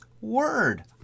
word